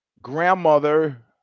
Grandmother